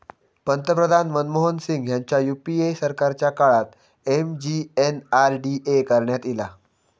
पंतप्रधान मनमोहन सिंग ह्यांच्या यूपीए सरकारच्या काळात एम.जी.एन.आर.डी.ए करण्यात ईला